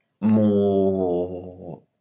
more